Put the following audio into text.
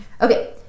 Okay